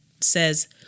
says